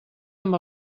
amb